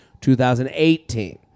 2018